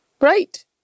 Right